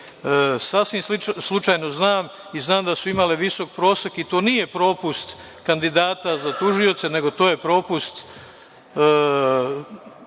Sasvim slučajno znam i znam da su imali visok prosek. To nije propust kandidata za tužioce, nego je to propust